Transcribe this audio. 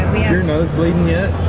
peter knows bleeding it,